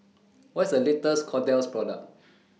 What IS The latest Kordel's Product